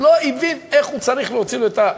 לא הבין איך הוא צריך להוציא לו את,